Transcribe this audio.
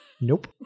Nope